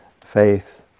faith